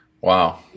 Wow